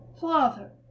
Father